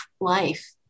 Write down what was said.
life